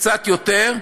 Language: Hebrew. קצת יותר,